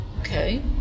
Okay